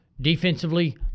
defensively